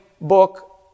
book